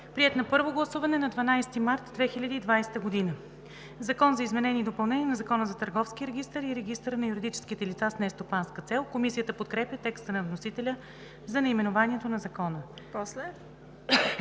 приет на първо гласуване на 12 март 2020 г. „Закон за изменение и допълнение на Закона за търговския регистър и регистъра на юридическите лица с нестопанска цел“.“ Комисията подкрепя текста на вносителя за наименованието на Закона.